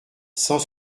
cent